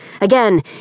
Again